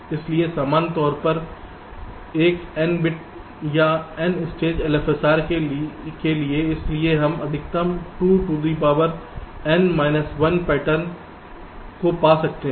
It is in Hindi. इसलिए सामान्य तौर पर एक n बिट या n स्टेज LFSR के लिए इसलिए हम अधिकतम 2 to the power n minus 1 pattern को पा सकते हैं